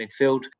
midfield